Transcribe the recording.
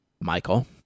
Michael